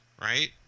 right